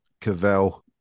Cavell